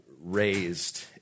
raised